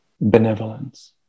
benevolence